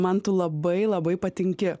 man tu labai labai patinki